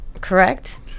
Correct